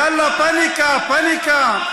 יאללה, פניקה, פניקה.